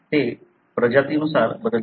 ते प्रजातींनुसार बदलते